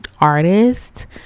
artist